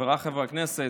חבריי חברי הכנסת,